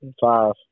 Five